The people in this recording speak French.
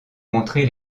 montrer